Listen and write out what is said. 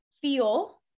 feel